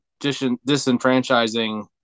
disenfranchising